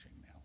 now